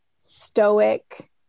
stoic